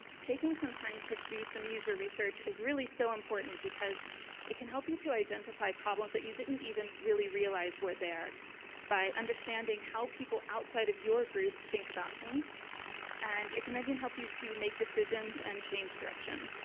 taking some time to do some user research is really so important, because it can help you to identify problems that you didn't even really realize were there by understanding how people outside of your group think about things and it can even and help you to make decisions and change direction.